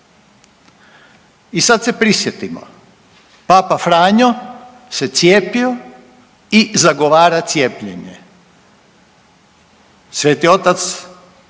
I sad se prisjetimo, Papa Franjo se cijepio i zagovara cijepljenje. Sveti Otac